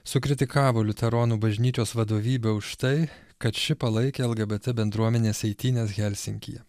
sukritikavo liuteronų bažnyčios vadovybę už tai kad ši palaikė lgbt bendruomenės eitynes helsinkyje